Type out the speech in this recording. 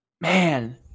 man